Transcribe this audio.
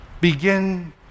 begin